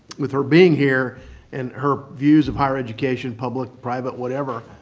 with her being here and her views of higher education, public, private, whatever,